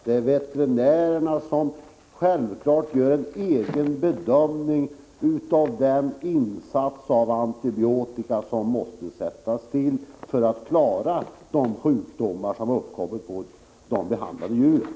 Det är självfallet så att veterinären gör en egen bedömning av den insats av antibiotika som måste göras för att man skall klara de sjukdomar som de djur som behandlas har drabbats av.